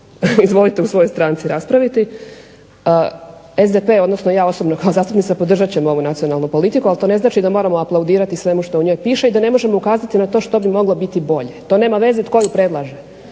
izvolite u svojoj stranci raspraviti. SDP odnosno ja osobno kao zastupnica podržat će ovu nacionalnu politiku ali to ne znači da moramo aplaudirati svemu što u njoj piše i da ne možemo ukazati na to što bi moglo biti bolje, to nema veze tko ju predlaže.